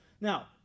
Now